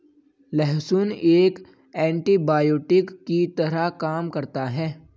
लहसुन एक एन्टीबायोटिक की तरह काम करता है